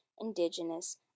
indigenous